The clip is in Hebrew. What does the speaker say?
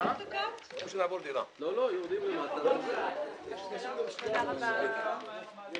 הישיבה ננעלה בשעה 17:47.